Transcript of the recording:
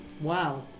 Wow